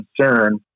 concern